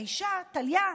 האישה: טליה.